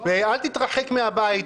אל תתרחק מהבית,